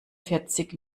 vierzig